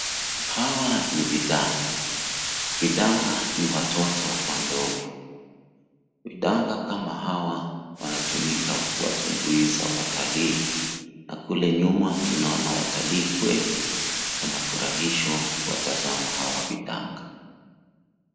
Hawa ni vidanga. Vidanga ni watoto wa ndovu. Vidanga kama hawa wanatumika kuwatumbuiza watalii na kule nyuma tunaona watalii kweli wanafurahishwa kuwatazama hawa vidanga.